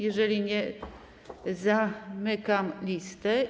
Jeżeli nie, zamykam listę.